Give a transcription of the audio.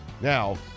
Now